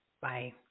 Bye